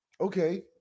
Okay